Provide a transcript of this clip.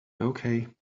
okay